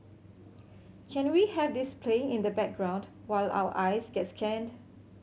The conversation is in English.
can we have this playing in the background while our eyes get scanned